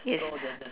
yes